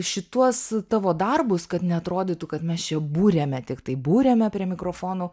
šituos tavo darbus kad neatrodytų kad mes čia būriame tiktai būriame prie mikrofono